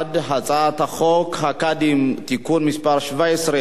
ההצעה להעביר את הצעת חוק הקאדים (תיקון מס' 17)